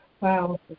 Wow